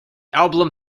album